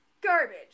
garbage